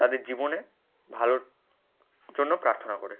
তাদের জীবনে ভালোর জন্য প্রার্থনা করে